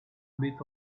met